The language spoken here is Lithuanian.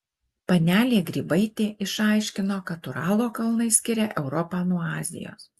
panelė grybaitė išaiškino kad uralo kalnai skiria europą nuo azijos